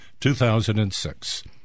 2006